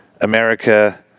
America